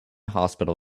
hospital